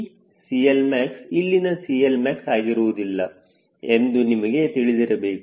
1ರಷ್ಟು ಆಗಿದೆ ಮತ್ತು ಈ CLmax ಇಲ್ಲಿನ CLmax ಆಗಿರುವುದಿಲ್ಲ ಎಂದು ನಮಗೆ ತಿಳಿದಿರಬೇಕು